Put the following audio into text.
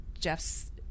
Jeff's